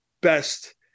best